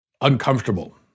uncomfortable